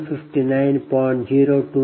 926 MW369